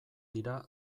dira